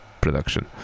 production